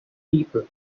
people